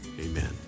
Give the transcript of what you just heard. Amen